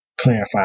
clarify